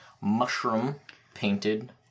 mushroom-painted